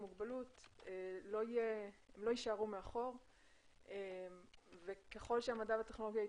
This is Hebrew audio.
מוגבלות לא יישארו מאחור וככל שהמדע והטכנולוגיה יתקדמו,